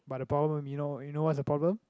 but the problem you know you know what's the problem